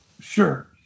Sure